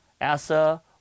Asa